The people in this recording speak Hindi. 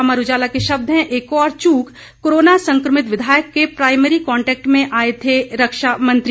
अमर उजाला के शब्द हैं एक और चूक कोरोना संक्रमित विधायक के प्राइमरी कांटेक्ट में आए थे रक्षामंत्री